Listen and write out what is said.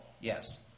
yes